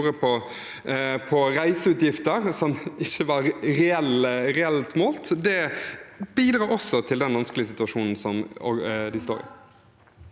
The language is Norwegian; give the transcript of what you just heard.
gjorde på reiseutgifter, som ikke var reelt målt, bidrar også til den vanskelige situasjonen som de står i.